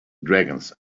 dragons